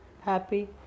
happy